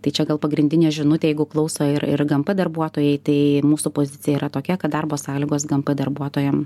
tai čia gal pagrindinė žinutė jeigu klauso ir ir gmp darbuotojai tai mūsų pozicija yra tokia kad darbo sąlygos gmp darbuotojam